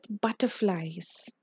butterflies